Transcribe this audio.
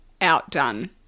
outdone